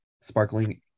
sparkling